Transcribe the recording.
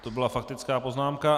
To byla faktická poznámka.